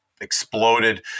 exploded